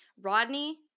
Rodney